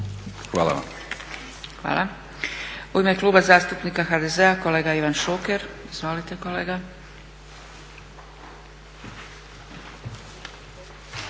(SDP)** Hvala. U ime Kluba zastupnika HDZ-a kolega Ivan Šuker. Izvolite kolega.